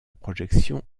projection